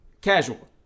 casual